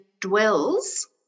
dwells